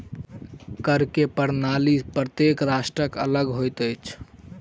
कर के प्रणाली प्रत्येक राष्ट्रक अलग होइत अछि